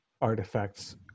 artifacts